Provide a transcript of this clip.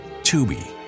Tubi